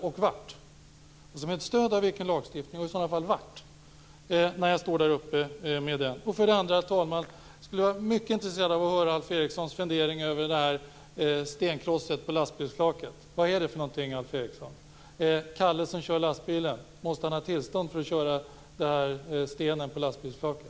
Och var skall jag göra mig av med den? Jag skulle också vara mycket intresserad av att höra Alf Erikssons funderingar kring stenkrossen på lastbilsflaket. Måste Kalle som kör lastbilen ha tillstånd för att köra stenen på lastbilsflaket?